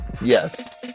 Yes